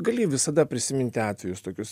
gali visada prisiminti atvejus tokius